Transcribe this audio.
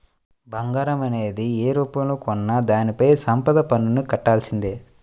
బంగారం అనేది యే రూపంలో కొన్నా దానిపైన సంపద పన్నుని కట్టాల్సిందే